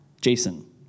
Jason